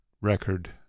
record